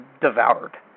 devoured